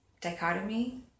dichotomy